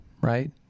right